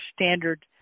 standard